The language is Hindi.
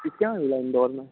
किसके यहाँ मिला है इंदौर में